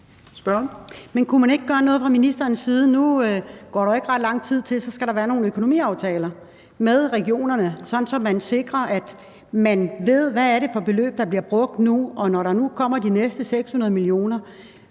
Men kunne man ikke gøre noget fra ministerens side? Nu er der jo ikke ret lang tid, til der skal laves nogle økonomiaftaler med regionerne, sådan at man sikrer, at man ved, hvad det er for nogle beløb, der bliver brugt. Og når der nu kommer de næste 600 mio.